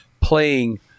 playing